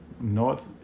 north